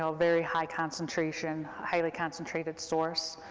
so very high concentration, highly concentrated source.